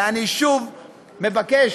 ואני שוב מבקש